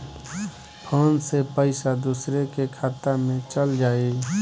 Phone से पईसा दूसरे के खाता में चल जाई?